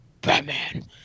Batman